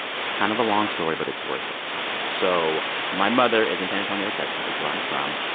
it's kind of a long story, but it's worth it so my mother is in san antonio, texas. that's where i'm from.